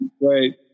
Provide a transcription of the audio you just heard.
right